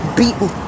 beaten